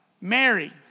Mary